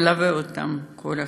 מלווה אותם כל החיים.